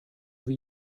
wie